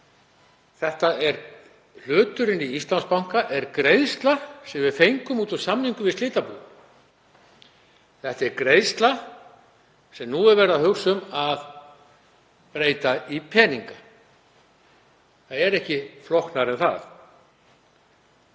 ekki. Hluturinn í Íslandsbanka er greiðsla sem við fengum út úr samningum við slitabú. Þetta er greiðsla sem nú er verið að hugsa um að breyta í peninga. Það er ekki flóknara en það.